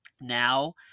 Now